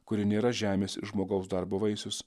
kuri nėra žemės ir žmogaus darbo vaisius